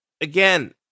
again